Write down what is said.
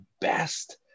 best